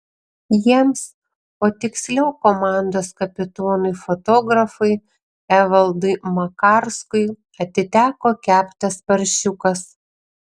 jiems o tiksliau komandos kapitonui fotografui evaldui makarskui atiteko keptas paršiukas